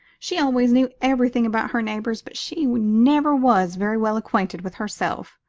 she always knew everything about her neighbors, but she never was very well acquainted with herself.